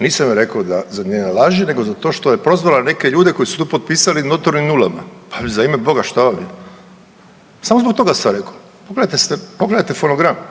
Nisam joj rekao za njene laži nego za to što je prozvala neke ljude koji su to potpisali notornim nulama, pa za ime Boga šta vam je. Samo zbog toga sam rekao, pogledajte fonogram.